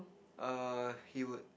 err he would